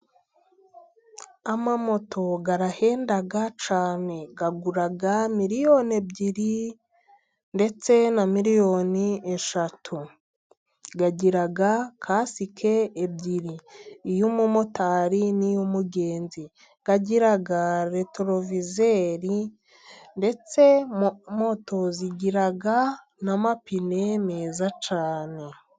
Moto irahenda cyane igura miliyoni ebyiri, ndetse na miliyoni eshatu, igira kasike ebyiri, iy'umumotari n'iy'umugenzi, igira retorovizeri, ndetse moto zigira n'amapine meza cyane.